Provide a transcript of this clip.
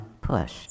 push